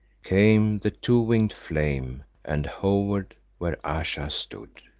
came the two-winged flame and hovered where ayesha stood.